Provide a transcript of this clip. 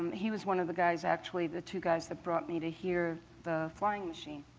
he was one of the guys actually, the two guys that brought me to here the flying machine.